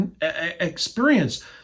experience